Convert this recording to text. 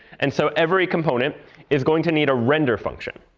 and so, every component is going to need a render function.